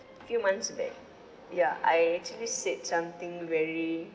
few months back yeah I actually said something very